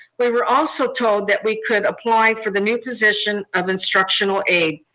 we were also told that we could apply for the new position of instructional aid.